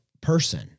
person